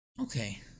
okay